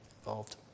involved